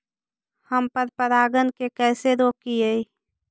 हम पर परागण के कैसे रोकिअई?